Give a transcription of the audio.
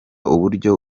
uburyo